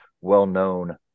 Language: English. well-known